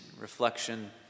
reflection